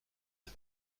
les